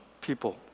people